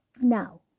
Now